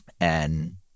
and-